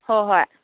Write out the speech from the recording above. ꯍꯣꯏ ꯍꯣꯏ